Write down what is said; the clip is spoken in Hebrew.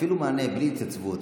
אפילו מענה בלי התייצבות,